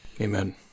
amen